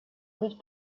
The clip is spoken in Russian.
быть